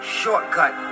shortcut